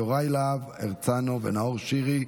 אושרה בקריאה טרומית ותעבור לוועדת הפנים